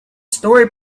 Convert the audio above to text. story